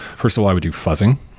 first of all, i would do fuzzing.